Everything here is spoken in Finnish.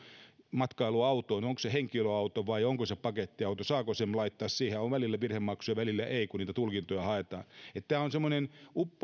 matkailuautosta onko se henkilöauto vai onko se pakettiauto saako sen laittaa siihen on välillä virhemaksu ja välillä ei kun niitä tulkintoja haetaan tämä on semmoinen